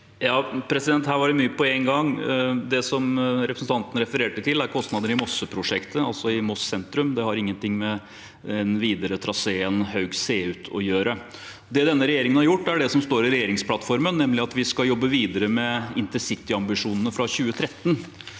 Her var det mye på en gang. Det representanten refererte til, er kostnader i Mosseprosjektet, altså i Moss sentrum. Det har ingenting med den videre traseen Haug–Seut å gjøre. Det denne regjeringen har gjort, er det som står i regjeringsplattformen, nemlig at vi skal jobbe videre med intercityambisjonene fra 2013.